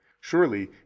surely